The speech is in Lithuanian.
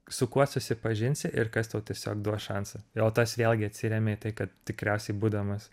su kuo susipažinsi ir kas tau tiesiog duos šansą tas vėlgi atsiremia į tai kad tikriausiai būdamas